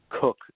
cook